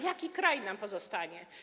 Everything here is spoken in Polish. Jaki kraj nam pozostanie?